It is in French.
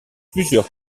plusieurs